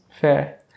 Fair